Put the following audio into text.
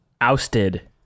ousted